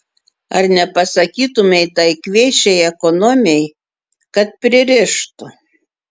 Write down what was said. ar nepasakytumei tai kvėšai ekonomei kad pririštų